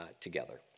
together